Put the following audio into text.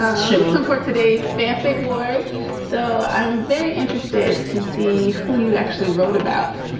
ah sure. and for today, fanfic ward so i'm very interested to see who you actually wrote about,